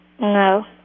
No